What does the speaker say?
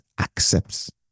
accepts